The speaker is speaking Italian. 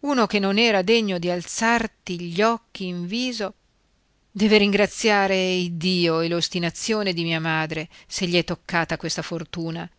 uno che non era degno di alzarti gli occhi in viso deve ringraziare iddio e l'ostinazione di mia madre se gli è toccata questa fortuna